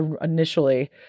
initially